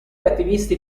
attivisti